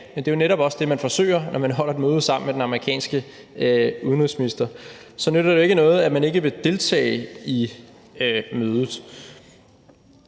Men det er jo netop også det, man forsøger, når man holder et møde sammen med den amerikanske udenrigsminister, og så nytter det ikke noget, man ikke vil deltage i mødet.